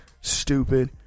stupid